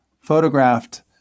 photographed